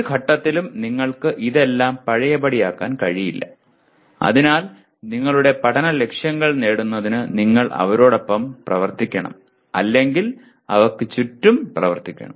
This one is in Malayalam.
ഒരു ഘട്ടത്തിലും നിങ്ങൾക്ക് ഇതെല്ലാം പഴയപടിയാക്കാൻ കഴിയില്ല അതിനാൽ നിങ്ങളുടെ പഠന ലക്ഷ്യങ്ങൾ നേടുന്നതിന് നിങ്ങൾ അവരോടൊപ്പം പ്രവർത്തിക്കണം അല്ലെങ്കിൽ അവർക്ക് ചുറ്റും പ്രവർത്തിക്കണം